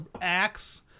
axe